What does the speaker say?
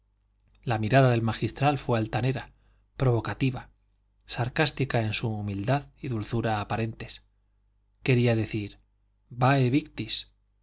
la mirada del magistral fue altanera provocativa sarcástica en su humildad y dulzura aparentes quería decir vae